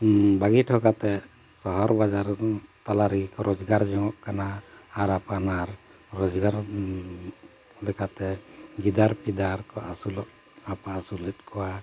ᱵᱟᱹᱜᱤ ᱦᱚᱴᱚ ᱠᱟᱛᱮᱫ ᱥᱚᱦᱚᱨ ᱵᱟᱡᱟᱨ ᱛᱟᱞᱟ ᱨᱮᱜᱮ ᱠᱚ ᱨᱳᱡᱽᱜᱟᱨ ᱡᱚᱱᱚᱜ ᱠᱟᱱᱟ ᱟᱨ ᱟᱯᱟᱱᱟᱨ ᱨᱳᱡᱽᱜᱟᱨ ᱞᱮᱠᱟᱛᱮ ᱜᱤᱫᱟᱹᱨ ᱯᱤᱫᱟᱹᱨ ᱠᱚ ᱟᱹᱥᱩᱞᱚᱜ ᱟᱯᱟᱥᱩᱞᱮᱫ ᱠᱚᱣᱟ